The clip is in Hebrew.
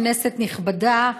כנסת נכבדה,